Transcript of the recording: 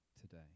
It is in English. today